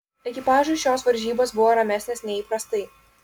ekipažui šios varžybos buvo ramesnės nei įprastai